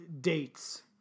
dates